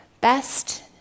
best